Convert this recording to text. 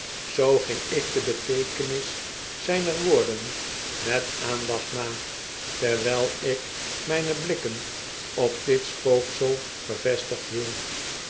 zoo ging ik de beteekenis zijner woorden met aandacht na terwijl ik mijne blikken op dit spooksel gevestigd hield